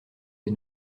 des